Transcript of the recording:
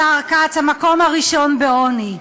השר כץ, המקום הראשון בעוני.